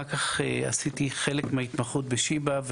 אחר כך עשיתי חלק מההתמחות בשיבא,